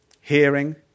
Hearing